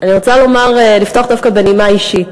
אני רוצה לפתוח דווקא בנימה אישית.